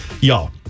Y'all